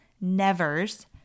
nevers